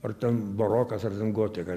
ar ten barokas ar ten gotika